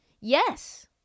Yes